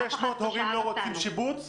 אף אחד לא שאל אותנו.